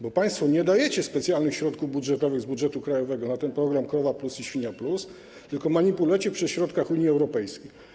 Bo państwo nie dajecie specjalnych środków budżetowych z budżetu krajowego na ten program krowa+ i świnia+, tylko manipulujecie przy środkach Unii Europejskiej.